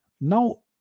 Now